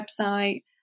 website